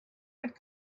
had